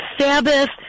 Sabbath